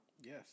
Yes